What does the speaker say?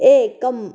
एकम्